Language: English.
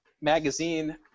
magazine